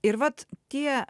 ir vat tie